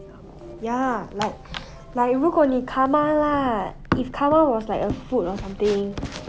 ya like like 如果你:ru guoo ni karma lah if karma was like a food or something